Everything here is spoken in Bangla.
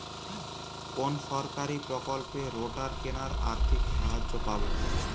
কোন সরকারী প্রকল্পে রোটার কেনার আর্থিক সাহায্য পাব?